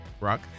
Rock